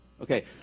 Okay